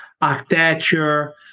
architecture